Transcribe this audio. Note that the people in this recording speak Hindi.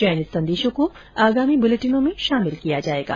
चयनित संदेशों को आगामी बुलेटिनों में शामिल किया जाएगा